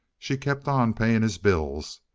she kept on paying his bills,